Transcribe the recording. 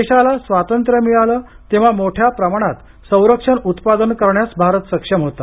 देशाला स्वातंत्र्य मिळालं तेव्हा मोठ्या प्रमाणात संरक्षण उत्पादन करण्यास भारत सक्षम होता